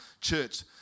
church